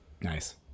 Nice